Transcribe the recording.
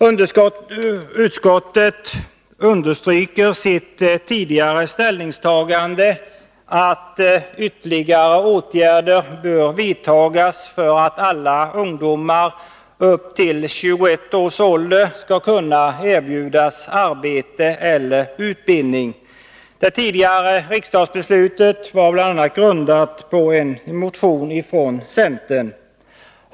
Utskottet understryker sitt tidigare ställningstagande att ytterligare åtgärder bör vidtas för att alla ungdomar upp till 21 års ålder skall kunna erbjudas arbete eller utbildning. Det tidigare riksdagsbeslutet var bl.a. grundat på en motion från centerpartiet.